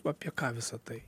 apie ką visa tai